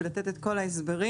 ולתת את כל ההסברים.